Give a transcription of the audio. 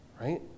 right